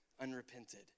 unrepented